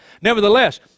Nevertheless